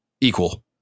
equal